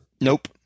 Nope